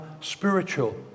spiritual